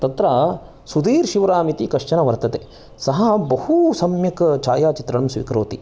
तत्र सुधीर् शिवराम् इति कश्चन वर्तते सः बहु सम्यक् छायाचित्रणं स्वीकरोति